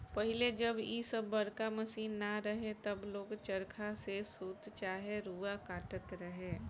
पहिले जब इ सब बड़का मशीन ना रहे तब लोग चरखा से सूत चाहे रुआ काटत रहे